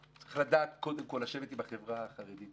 צריך לדעת קודם כל לשבת עם החברה החרדית,